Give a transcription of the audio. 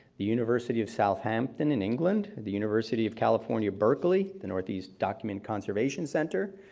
the university of southampton in england, the university of california, berkeley, the northeast document conservation center,